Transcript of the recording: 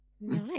Nice